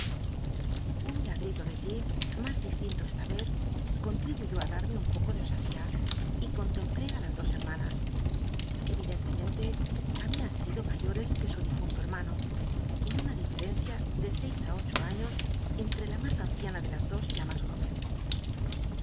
un lad r ido de j íp mas distinto esta vez conltihuyó á darme un poco de osadía y con templé ü las dos hermanas l vídcntcmcnlc habían itlo ma yorcs uc su difunto hermano con una diferencia de seis á ocho aiios cnhc la mas anciana de las dos y la ma jó